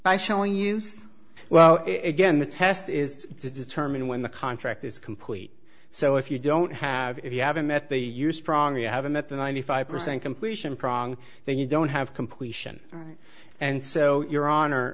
by showing use well it again the test is to determine when the contract is complete so if you don't have if you haven't met the use prong you haven't met the ninety five percent completion prong then you don't have completion and so your honor